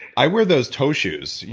i wear those toe shoes,